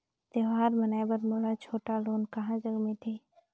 त्योहार मनाए बर मोला छोटा लोन कहां जग मिलही?